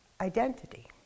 identity